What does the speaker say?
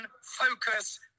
focus